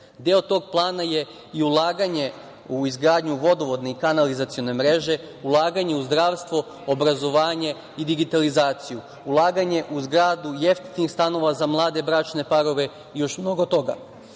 Deo tog plana je i ulaganje u izgradnju vodovodne i kanalizacione mreže, ulaganje u zdravstvo, obrazovanje i digitalizaciju, ulaganje u izgradnju jeftinih stanova za mlade bračne parove i još mnogo